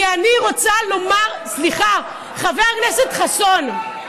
כי אני רוצה לומר, סליחה, חבר הכנסת חסון,